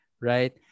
right